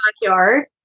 backyard